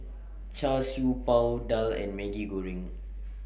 Char Siew Bao Daal and Maggi Goreng